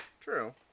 true